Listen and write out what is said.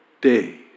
day